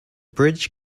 bridge